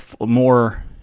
more